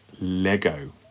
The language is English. Lego